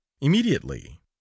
immediately